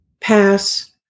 pass